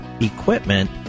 equipment